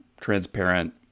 transparent